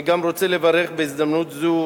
אני גם רוצה לברך בהזדמנות זו,